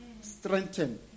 strengthen